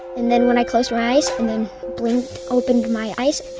and then when i closed my eyes and then blinked opened my eyes,